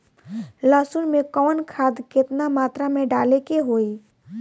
लहसुन में कवन खाद केतना मात्रा में डाले के होई?